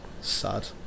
sad